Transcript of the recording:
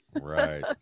Right